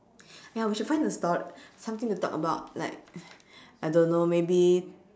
ya we should find a story some thing to talk about like I don't know maybe